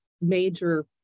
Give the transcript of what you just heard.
major